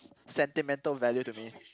sentimental value to me